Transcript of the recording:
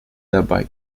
dabei